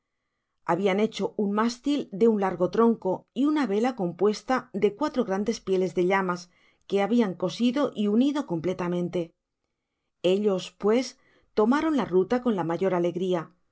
habian hecho un mástil de un largo tronco y una vela compuesta de cuatro grandes pieles de llamas que habian cosido y unido completamente ellos pues tomaron la ruta con la mayor alegria